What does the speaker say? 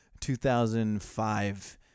2005